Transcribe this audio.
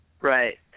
Right